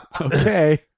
Okay